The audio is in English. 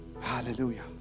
Hallelujah